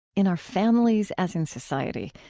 in our families as in society,